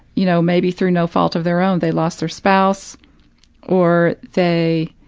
you know, maybe through no fault of their own they lost their spouse or they,